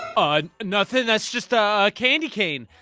ah. nothing. that's just. ah. a candy cane.